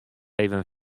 even